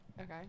Okay